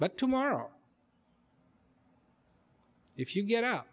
but tomorrow if you get out